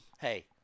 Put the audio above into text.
hey